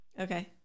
Okay